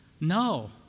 No